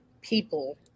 people